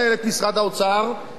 אמר לכולם: 4%,